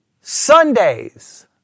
Sundays